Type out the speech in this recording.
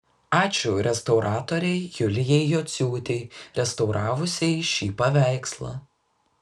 ačiū restauratorei julijai jociūtei restauravusiai šį paveikslą